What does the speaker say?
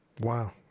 wow